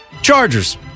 Chargers